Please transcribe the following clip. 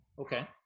okay